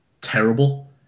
terrible